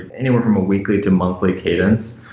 anywhere from a weekly to monthly cadence.